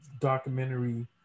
documentary